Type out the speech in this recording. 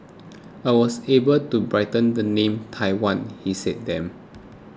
I was able to brighten the name Taiwan he said then